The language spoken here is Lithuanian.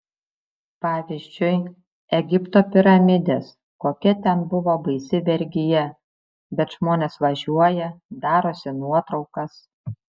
pavyzdžiui egipto piramidės kokia ten buvo baisi vergija bet žmonės važiuoja darosi nuotraukas